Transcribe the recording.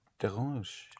dérange